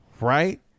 right